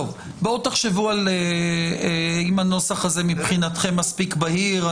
תחשבו אם הנוסח הזה מבחינתכם מספיק בהיר.